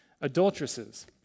Adulteresses